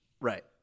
Right